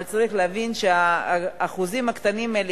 אבל צריך להבין שהאחוזים הקטנים האלה